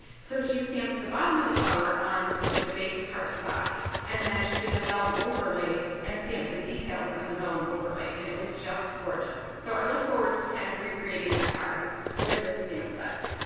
so she stamped the bottom of the flower on like the base card stock and then she did a vellum overlay and stamped the details on the vellum overlay and it was just gorgeous. so i look forward to kind of recreating that card with this stamp set.